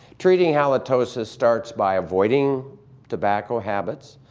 treating halitosis starts by avoiding tobacco habits,